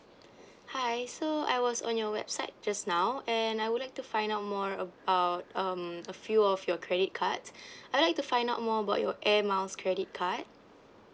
hi so I was on your website just now and I would like to find out more about um a few of your credit cards I'd like to find out more about your air miles credit card